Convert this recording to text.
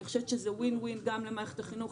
אני חושבת שזה Win-Win situation גם למערכת החינוך,